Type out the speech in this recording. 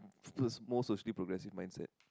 towards more social progressive mindset